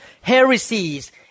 heresies